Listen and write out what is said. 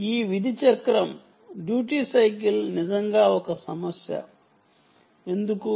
ఈ విధి చక్రం నిజంగా ఒక సమస్య ఎందుకు